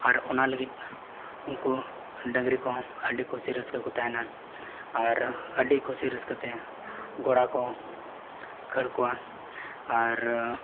ᱟᱨ ᱚᱱᱟ ᱞᱟᱹᱜᱤᱫ ᱩᱱᱠᱩ ᱰᱟᱹᱝᱨᱤ ᱠᱚᱦᱚᱸ ᱟᱹᱰᱤ ᱠᱩᱥᱤᱼᱨᱟᱹᱥᱠᱟᱹ ᱠᱚ ᱛᱟᱦᱮᱱᱟ ᱟᱨ ᱟᱹᱰᱤ ᱠᱩᱥᱤ ᱨᱟᱹᱥᱠᱟᱹᱛᱮ ᱜᱚᱲᱟ ᱠᱚ ᱠᱷᱟᱹᱲ ᱠᱚᱣᱟ ᱟᱨᱻ